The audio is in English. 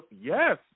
Yes